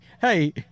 hey